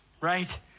right